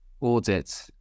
audit